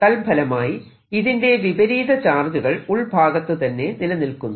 തൽഫലമായി ഇതിന്റെ വിപരീത ചാർജുകൾ ഉൾഭാഗത്തുതന്നെ നിലനിൽക്കുന്നു